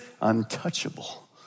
Untouchable